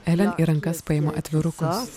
elen į rankas paima atviruką